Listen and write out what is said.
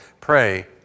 pray